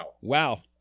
Wow